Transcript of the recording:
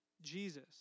Jesus